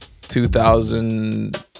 2000